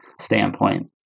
standpoint